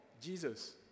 Jesus